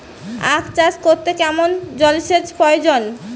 আখ চাষ করতে কেমন জলসেচের প্রয়োজন?